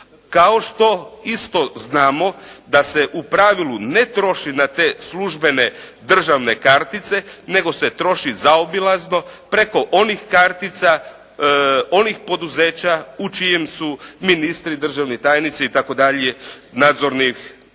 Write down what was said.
Kao što isto znamo da se u pravilu ne troši na te službene državne kartice, nego se troši zaobilazno preko onih kartica, onih poduzeća u čijem su ministri, državni tajnici itd. nadzornih, znači